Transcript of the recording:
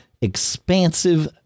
expansive